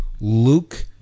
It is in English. Luke